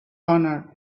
honor